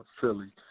Philly